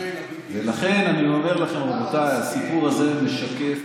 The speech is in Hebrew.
ולכן אני אומר לכם, רבותיי: הסיפור הזה משקף.